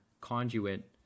conduit